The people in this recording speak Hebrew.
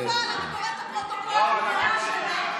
חבל, אני קוראת את הפרוטוקולים לפני השינה.